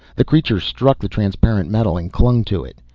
the creature struck the transparent metal and clung to it.